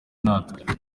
natwe